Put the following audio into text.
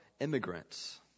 immigrants